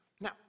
Now